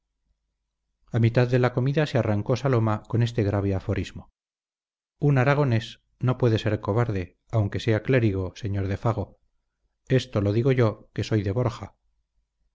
a mitad de la comida se arrancó saloma con este grave aforismo un aragonés no puede ser cobarde aunque sea clérigo señor de fago esto lo digo yo que soy de borja